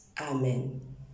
Amen